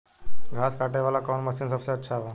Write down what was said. घास काटे वाला कौन मशीन सबसे अच्छा बा?